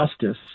justice